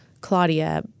Claudia